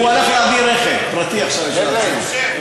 הוא הלך להביא רכב פרטי, בחוק